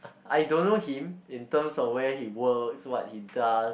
I don't know him in terms of where he work what he does